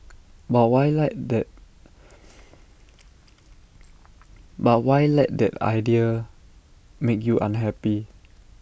but why let that but why let that idea make you unhappy